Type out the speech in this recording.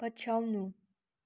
पछ्याउनु